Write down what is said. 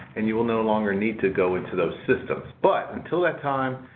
and you will no longer need to go into those systems. but until that time,